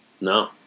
no